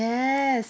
yes